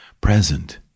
present